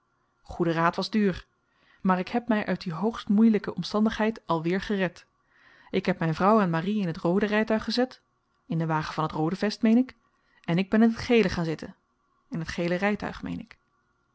goede raad was duur maar ik heb my uit die hoogstmoeielyke omstandigheid alweer gered ik heb myn vrouw en marie in t roode rytuig gezet in den wagen van t rooie vest meen ik en ik ben in t gele gaan zitten in t gele rytuig meen ik